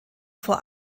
vor